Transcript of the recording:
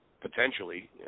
potentially